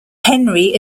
henry